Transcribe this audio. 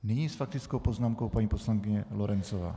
Nyní s faktickou poznámkou paní poslankyně Lorencová.